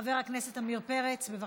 חבר הכנסת עמיר פרץ, בבקשה.